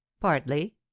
partly